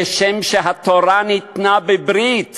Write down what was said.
כשם שהתורה ניתנה בברית